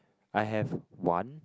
I have one